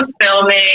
filming